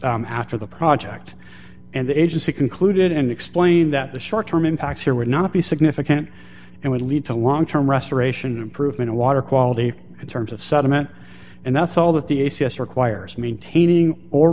after the project and the agency concluded and explained that the short term impacts here would not be significant and would lead to long term restoration improvement of water quality in terms of sediment and that's all that the a c s requires maintaining or